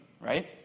right